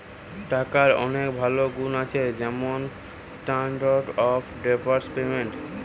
টাকার অনেক ভালো গুন্ আছে যেমন স্ট্যান্ডার্ড অফ ডেফার্ড পেমেন্ট